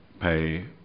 pay